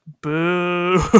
Boo